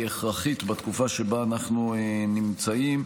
היא הכרחית בתקופה שבה אנחנו נמצאים.